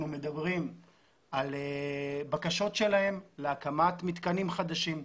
מדברים על בקשות שלהם להקמת מתקנים חדשים,